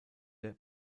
der